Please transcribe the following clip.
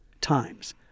times